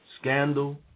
scandal